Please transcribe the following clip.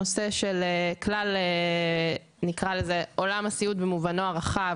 הנושא של כלל עולם הסיעוד במובנו הרחב